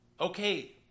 Okay